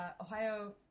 Ohio